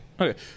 Okay